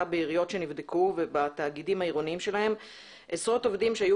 בעיריות ובתאגידים העירוניים שלהן שנבדקו עשרות עובדים שהיו